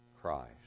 Christ